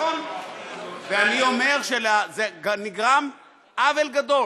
ואני אומר שנגרם עוול גדול